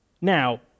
Now